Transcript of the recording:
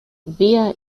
via